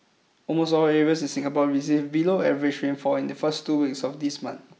almost all areas of Singapore received below average rainfall in the first two weeks of this month